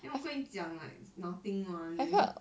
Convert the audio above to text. then 我跟你讲 like nothing [one]